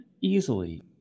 easily